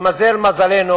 התמזל מזלנו